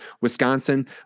Wisconsin